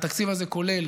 והתקציב הזה כולל,